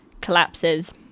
collapses